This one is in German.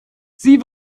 sie